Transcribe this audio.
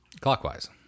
Clockwise